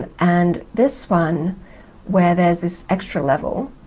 ah and this one where there's this extra level,